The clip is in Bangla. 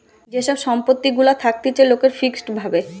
যে সব সম্পত্তি গুলা থাকতিছে লোকের ফিক্সড ভাবে